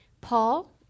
Paul